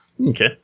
Okay